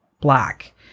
black